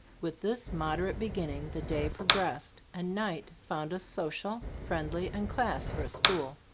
with this moderate beginning the day pro gressed, and night found us social, friendly and classed for a school.